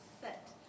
set